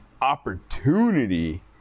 opportunity